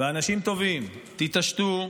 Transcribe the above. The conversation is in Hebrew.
ואנשים טובים: תתעשתו,